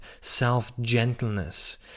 self-gentleness